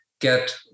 get